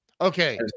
Okay